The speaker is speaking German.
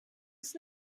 ist